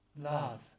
love